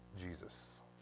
Jesus